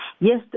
Yes